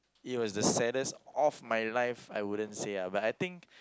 it was the saddest of my life I wouldn't say lah but I think